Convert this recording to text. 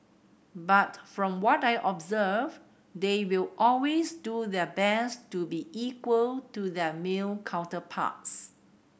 but from what I observed they will always do their best to be equal to their male counterparts